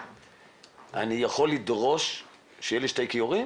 אני יכול לדרוש שיהיו לי שני כיורים